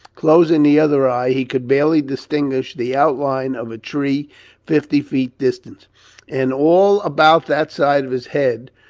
closing the other eye, he could barely distinguish the outline of a tree fifty feet distant and all about that side of his head,